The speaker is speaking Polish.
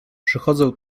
przychodzę